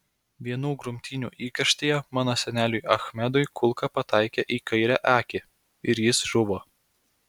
vienų grumtynių įkarštyje mano seneliui achmedui kulka pataikė į kairę akį ir jis žuvo